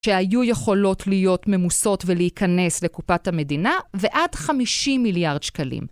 שהיו יכולות להיות ממוסות ולהיכנס לקופת המדינה ועד 50 מיליארד שקלים.